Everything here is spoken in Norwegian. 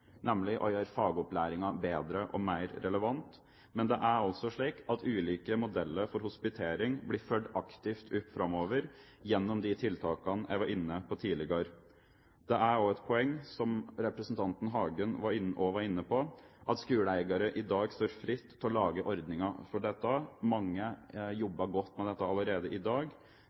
nemlig å gjøre fagopplæringen bedre og mer relevant, men det er altså slik at ulike modeller for hospitering følges aktivt opp framover gjennom de tiltakene jeg var inne på tidligere. Det er også et poeng, som representanten Hagen også var inne på, at skoleeiere i dag står fritt til å lage ordninger for dette – mange jobber godt med dette allerede i dag